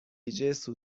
است